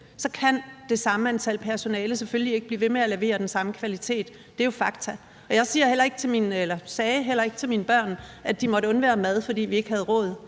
kan det samme antal personaler selvfølgelig ikke blive ved med at levere den samme kvalitet. Det er jo fakta. Jeg sagde heller ikke til mine børn, at de måtte undvære mad, fordi vi ikke havde råd.